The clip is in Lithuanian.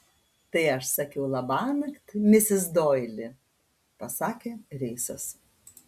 tai aš sakiau labanakt misis doili pasakė reisas